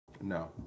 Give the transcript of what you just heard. No